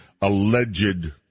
alleged